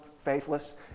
faithless